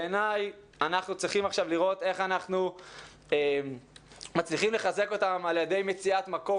אנחנו צריכים לראות איך אנחנו מצליחים לחזק אותם על ידי מציאת מקום